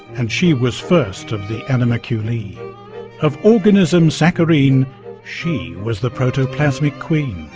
and she was first of the animaculae of organism saccharine she was the protoplasmic queen.